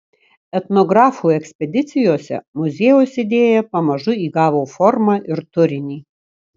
etnografų ekspedicijose muziejaus idėja pamažu įgavo formą ir turinį